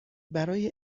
برای